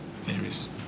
various